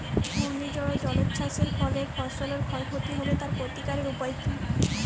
ঘূর্ণিঝড় ও জলোচ্ছ্বাস এর ফলে ফসলের ক্ষয় ক্ষতি হলে তার প্রতিকারের উপায় কী?